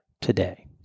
today